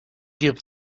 give